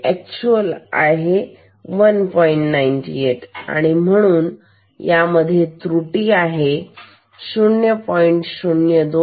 98 mV त्रुटी 0